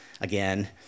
again